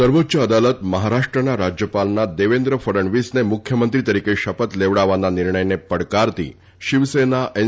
સર્વોચ્ય અદાલત મહારાષ્ર ના રાજ્યપાલના દેવેન્ન ફડણવીસને મુખ્યમંત્રી તરીકે શપથ લેવડાવવાના નિર્ણય ને પડકારતી શિવસેના એન